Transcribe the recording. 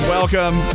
Welcome